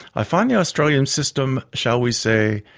i find the australian system, shall we say,